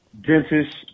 dentist